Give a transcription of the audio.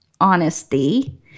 honesty